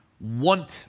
want